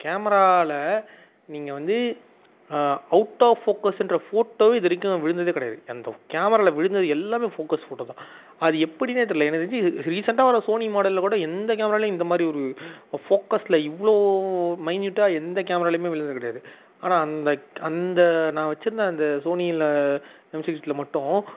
கேமராவில் நீங்கள் வந்து அவுட் ஆஃப் போக்கஸுன்ற ஃபோட்டோவே இது வரைக்கும் விழுந்ததே கிடையாது அந்த கேமராவில் விழுந்தது எல்லாம் ஃபோக்கஸ் ஃபோட்டோ தான் அது எப்படின்னே தெர்யல எனக்கு தெரிஞ்சு ரீசெண்டாக வர சோனி மாடலில் கூட எந்த கேமராலேயும் இந்த மாதிரி ஒரு ஃபோக்கஸில் இவ்வளோ மைனியூட்டாக எந்தக் கேமராலையும் விழுந்தது கிடையாது ஆனால் அந்த அந்த நான் வச்சிருந்த அந்த சோனியில் எம் சிக்ஸில் மட்டும்